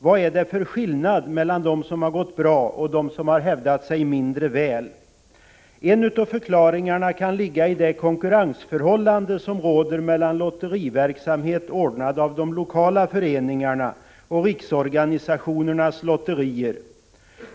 Vad är det för skillnad mellan dem som gått bra och dem som hävdat sig mindre väl? En av förklaringarna kan ligga i det konkurrensförhållande som råder mellan lotteriverksamhet ordnad av de lokala föreningarna och riksorganisationernas lotterier.